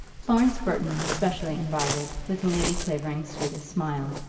florence burton was specially invited with lady clavering's sweetest smile.